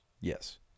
Yes